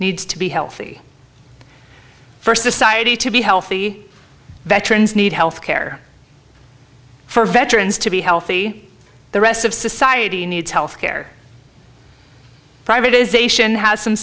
needs to be healthy for society to be healthy veterans need health care for veterans to be healthy the rest of society needs health care privatization has some